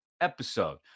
episode